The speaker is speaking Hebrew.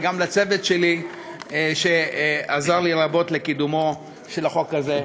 וגם לצוות שלי שעזר לי רבות בקידומו של החוק הזה.